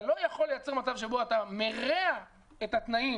אתה לא יכול לייצר מצב שבו אתה מרע את התנאים